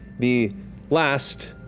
the last,